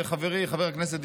חברי חבר הכנסת,